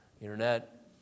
Internet